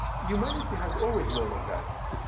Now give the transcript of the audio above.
humanity has always known of that,